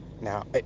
Now